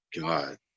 God